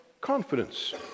confidence